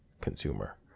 consumer